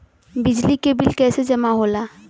बिजली के बिल कैसे जमा होला?